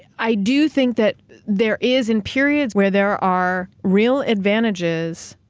i do think that there is in periods where there are real advantages,